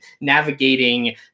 navigating